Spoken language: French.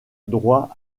droit